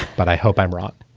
but i hope i'm wrong